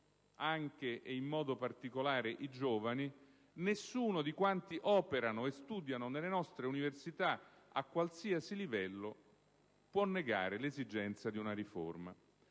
anche e in modo particolare i giovani, di quanti operano e studiano nelle nostre università a qualsiasi livello può negare l'esigenza di una riforma.